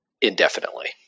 indefinitely